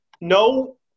no